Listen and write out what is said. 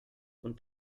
und